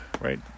right